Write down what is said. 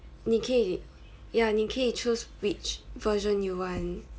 你可以 ya 你可以 choose which version you want